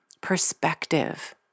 perspective